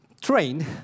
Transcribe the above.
trained